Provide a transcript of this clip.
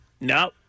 no